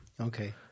okay